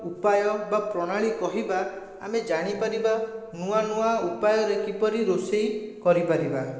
ଉପାୟ ବା ପ୍ରଣାଳୀ କହିବା ଆମେ ଜାଣିପାରିବା ନୂଆ ନୂଆ ଉପାୟରେ କିପରି ରୋଷେଇ କରିପାରିବା